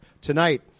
Tonight